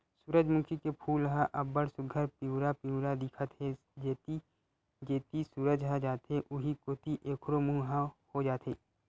सूरजमूखी के फूल ह अब्ब्ड़ सुग्घर पिंवरा पिंवरा दिखत हे, जेती जेती सूरज ह जाथे उहीं कोती एखरो मूँह ह हो जाथे